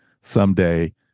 someday